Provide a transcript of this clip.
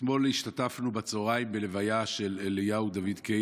אתמול בצוהריים השתתפנו בלוויה של אליהו דוד קיי,